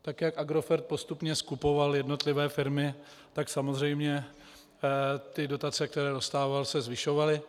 Tak jak Agrofert postupně skupoval jednotlivé firmy, tak samozřejmě ty dotace, které dostával, se zvyšovaly.